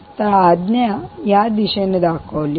तर आज्ञा या दिशेने दाखवली आहे